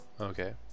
okay